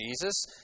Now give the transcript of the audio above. Jesus